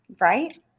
right